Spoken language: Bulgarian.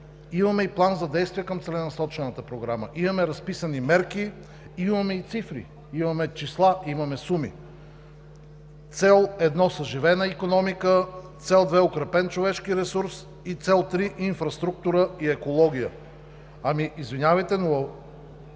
имаме и план за действие към Целенасочената програма, имаме разписани мерки, имаме и цифри, имаме числа, имаме суми: Цел № 1 – съживена икономика; Цел № 2 – укрепен човешки ресурс, и Цел № 3 – инфраструктура и екология. Извинявайте, но